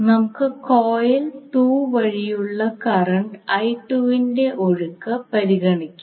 നമുക്ക് കോയിൽ 2 വഴിയുള്ള കറണ്ട് ന്റെ ഒഴുക്ക് പരിഗണിക്കാം